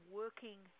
working